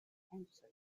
answer